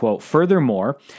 Furthermore